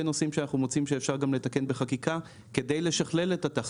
נושאים שאנחנו מוצאים שאפשר לתקן גם בחקיקה כדי לשכלל את התחרות,